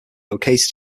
located